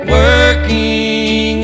working